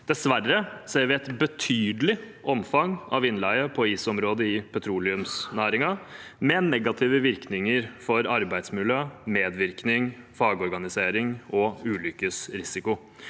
Dessverre ser vi et betydelig omfang av innleie på ISO-området i petroleumsnæringen – med negative virkninger for arbeidsmiljø, medvirkning, fagorganisering og ulykkes